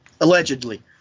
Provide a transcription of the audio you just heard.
Allegedly